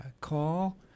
call